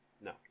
No